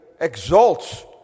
exalts